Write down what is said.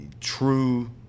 true